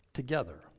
Together